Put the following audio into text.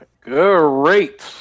great